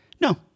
no